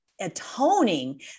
atoning